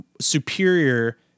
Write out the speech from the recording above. superior